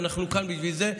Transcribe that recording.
אנחנו כאן בשביל זה.